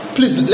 Please